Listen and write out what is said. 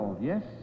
Yes